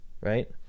right